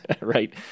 right